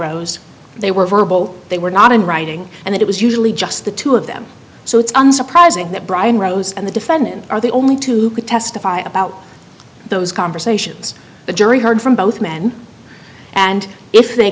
rose they were verbal they were not in writing and it was usually just the two of them so it's unsurprising that brian rose and the defendant are the only two who could testify about those conversations the jury heard from both men and if they